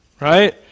Right